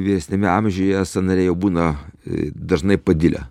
vyresniame amžiuje sąnariai jau būna dažnai padilę